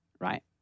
right